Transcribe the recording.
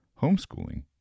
Homeschooling